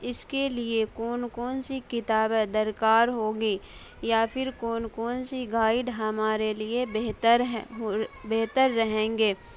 اس کے لیے کون کون سی کتابیں درکار ہو گی یا پھر کون کون سی گائیڈ ہمارے لیے بہتر بہتر رہیں گے